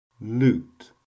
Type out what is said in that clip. loot